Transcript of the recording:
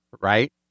right